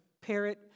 parrot